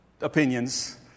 opinions